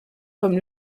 comme